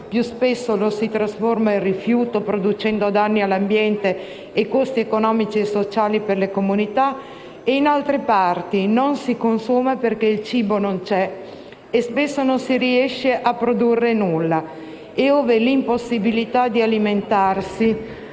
più spesso lo si trasforma in rifiuto producendo danni all'ambiente e costi economici e sociali per le comunità e, in altre parti, non si consuma perché il cibo non c'è e spesso non si riesce a produrre nulla e l'impossibilità di alimentarsi